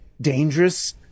dangerous